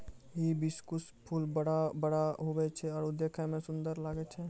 hibiscus फूल बड़ा बड़ा हुवै छै आरु देखै मे सुन्दर लागै छै